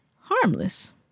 harmless